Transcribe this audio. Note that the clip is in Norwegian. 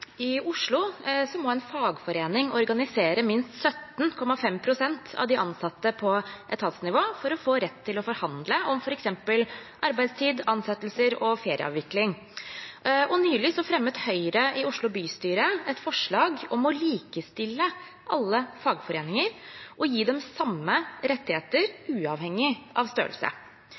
«I Oslo må en fagforening organisere minst 17,5 pst. av de ansatte på etatsnivå for å få rett til å forhandle om for eksempel arbeidstid, ansettelser og ferieavvikling. Nylig fremmet Høyre i Oslo bystyre et forslag om å likestille alle fagforeninger og gi dem samme rettigheter uavhengig av størrelse.